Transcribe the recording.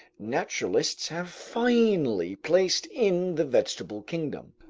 naturalists have finally placed in the vegetable kingdom.